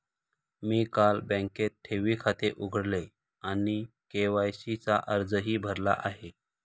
मी काल बँकेत ठेवी खाते उघडले आणि के.वाय.सी चा अर्जही भरला आहे